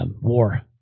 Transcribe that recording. war